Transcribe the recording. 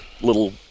little